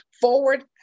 forward